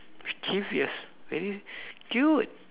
mischievous very cute